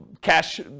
cash